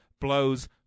blows